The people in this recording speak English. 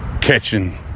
catching